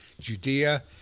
Judea